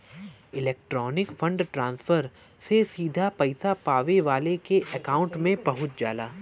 electronic fund transfer से सीधे पइसा पावे वाले के अकांउट में पहुंच जाला